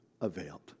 availed